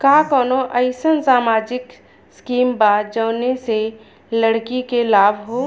का कौनौ अईसन सामाजिक स्किम बा जौने से लड़की के लाभ हो?